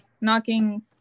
knocking